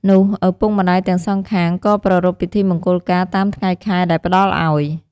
នោះឪពុកម្តាយទាំងសងខាងក៏ប្រារព្វពិធីមង្គលការតាមថ្ងៃខែដែលផ្ដល់អោយ។